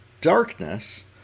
darkness